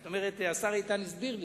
זאת אומרת, השר איתן הסביר לי.